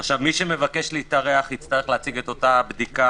מי שמבקש להתארח יצטרך להציג אותה בדיקה